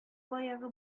баягы